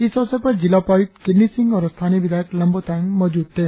इस अवसर पर जिला उपायुक्त किन्नी सिंह और स्थानीय विधायक लंबो तायेंग मौजूद थे